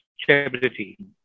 stability